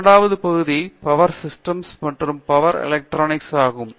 இரண்டாவது பகுதி power systems மற்றும் பவர் எலெக்ட்ரானிக்ஸ் ஆகும்